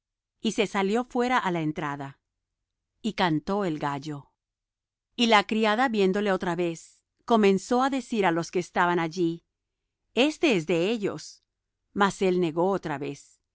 y se salió fuera á la entrada y cantó el gallo y la criada viéndole otra vez comenzó á decir á los que estaban allí este es de ellos mas él negó otra vez